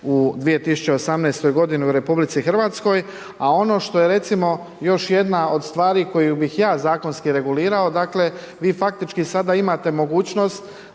u 2018. godini u RH, a ono što je recimo još jedna od stvari koju bih ja zakonski regulirao, dakle vi faktički sada imate mogućnost